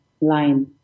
line